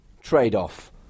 trade-off